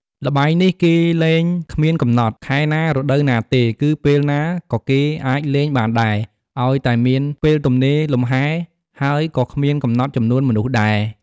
ល្បែងនេះគេលែងគ្មានកំណត់ ខែណា រដូវណាទេ គឺពេលណាក៏គេអាចលេងបានដែរ ឱ្យតែមានពេលទំនេរលំហែរ ហើយក៏គ្មានកំណត់ចំនួនមនុស្សដែរ។